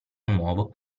nuovo